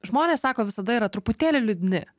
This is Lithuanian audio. žmonės sako visada yra truputėlį liūdni